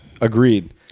agreed